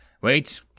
Wait